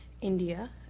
India